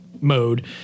mode